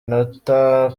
inota